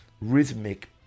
rhythmic